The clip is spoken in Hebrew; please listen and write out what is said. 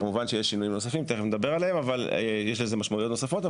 יש שינויים נוספים ויש לזה משמעויות נוספות,